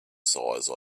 size